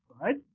right